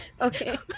Okay